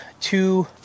two